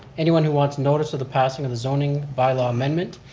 anyone who wants notice of the passing of the zoning bylaw amendment,